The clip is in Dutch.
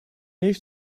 heeft